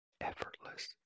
effortless